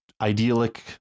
idyllic